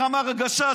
איך אמר הגשש,